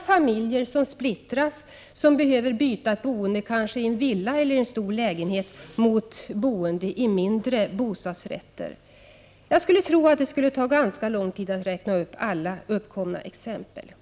Familjer splittras och behöver byta boende i en villa eller en stor lägenhet mot boende i mindre bostadsrätter. Jag tror att det skulle ta ganska lång tid att räkna upp alla uppkomna exempel.